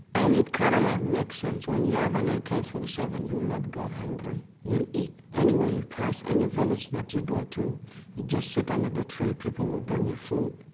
and it kind of like makes sense. when you have an ak forty seven you will not go hungry, you eat anywhere you pass, any village that you go to you just sit under the tree and people will bring you food.